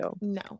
No